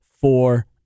four